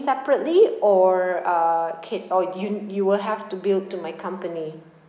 separately or uh ca~ or you you will have to bill to my company